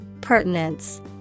Pertinence